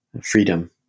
freedom